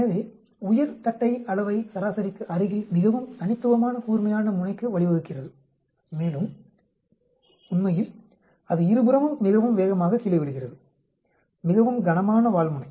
எனவே உயர் தட்டை அளவை சராசரிக்கு அருகில் மிகவும் தனித்துவமான கூர்மையான முனைக்கு வழிவகுக்கிறது மேலும் உண்மையில் அது இருபுறமும் மிகவும் வேகமாக கீழே விழுகிறது மிகவும் கனமான வால்முனை